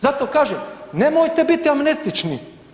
Zato kažem nemojte biti amnestični.